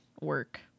work